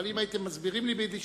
אבל אם הייתם מסבירים לי ביידיש,